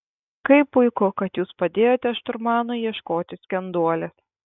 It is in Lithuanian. kaip puiku kad jūs padėjote šturmanui ieškoti skenduolės